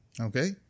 Okay